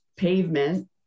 pavement